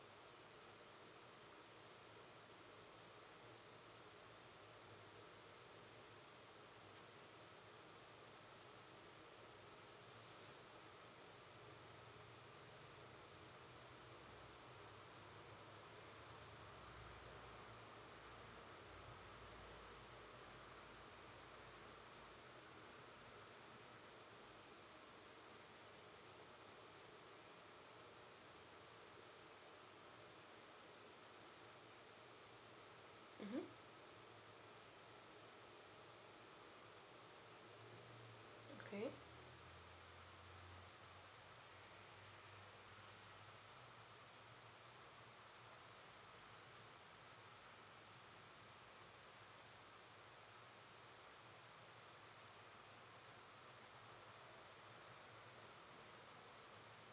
mmhmm okay